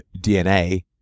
DNA